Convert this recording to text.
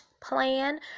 plan